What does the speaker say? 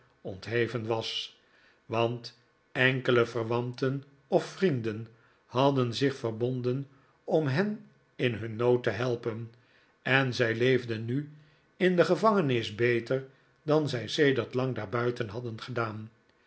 ontheven was want enkele verwanten of vrienden hadden zich verbonden om hen in hun nood te helpen en zij leefden nu in de gevangenis beter dan zij sedert lang daarbuiten hadden gedaan